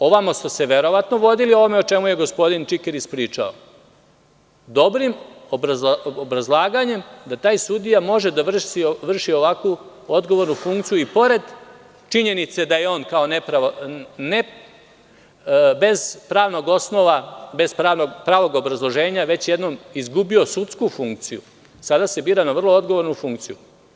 Ovamo ste se verovatno vodili ovim o čemu je gospodin Čikiriz pričao, dobrim obrazlaganjem da taj sudija može da vrši ovakvu odgovornu funkciju i pored činjenice da je on bez pravnog osnova, bez pravog obrazloženja, već jednom izgubio sudsku funkciju, sada se bira na vrlo odgovornu funkciju.